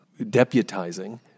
deputizing